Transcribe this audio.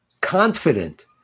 confident